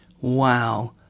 Wow